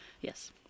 yes